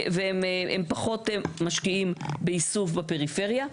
והם פחות משקיעים באיסוף בפריפריה,